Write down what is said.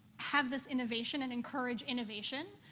have this innovation and encourage innovation,